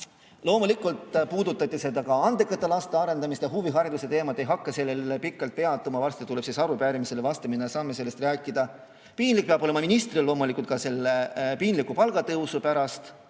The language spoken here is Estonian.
Loomulikult puudutati ka andekate laste arendamist ja huvihariduse teemat. Ei hakka sellel pikalt peatuma. Varsti tuleb arupärimisele vastamine ja siis saame sellest rääkida. Piinlik peab olema ministril loomulikult ka selle piinliku palgatõusu pärast